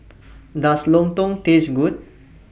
Does Lontong Taste Good